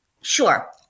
Sure